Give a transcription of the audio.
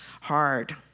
hard